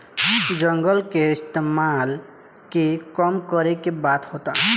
जंगल के इस्तेमाल के कम करे के बात होता